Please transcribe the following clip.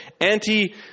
anti